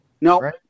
No